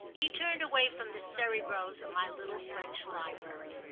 he turned away from the serried rows of my little french library.